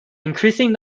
increasing